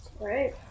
Right